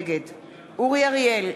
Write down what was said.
נגד אורי אריאל,